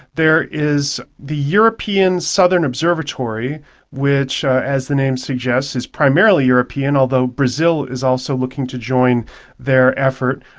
there is the european southern observatory which, as the name suggests, is primarily european, although brazil is also looking to join their effort.